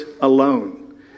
alone